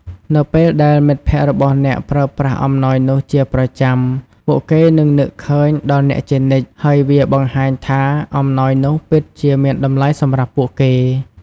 នៅពេលដែលមិត្តភក្តិរបស់អ្នកប្រើប្រាស់អំណោយនោះជាប្រចាំ ពួកគេនឹងនឹកឃើញដល់អ្នកជានិច្ច ហើយវាបង្ហាញថាអំណោយនោះពិតជាមានតម្លៃសម្រាប់ពួកគេ។